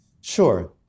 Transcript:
sure